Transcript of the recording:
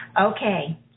Okay